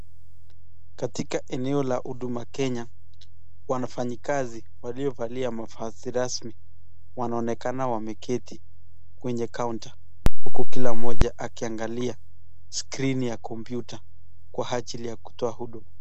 Katika eneo la huduma Kenya, wanafanyikazi walio valia mavazi rasmi wanaonekana wameketi kwenye counter huku kila mmoja akiangalia skrini ya kompyuta kwa ajili ya kutoa huduma.